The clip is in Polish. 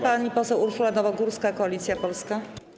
Pani poseł Urszula Nowogórska, Koalicja Polska.